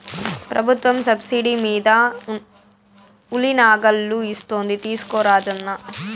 ప్రభుత్వం సబ్సిడీ మీద ఉలి నాగళ్ళు ఇస్తోంది తీసుకో రాజన్న